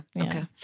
Okay